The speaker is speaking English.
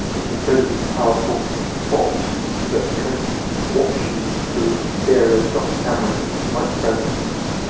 this incredibly powerful box that can watch you through stereoscopic cameras and has a microphone and stuff.